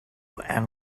and